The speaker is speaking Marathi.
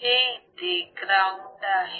हे इथे ग्राउंड आहे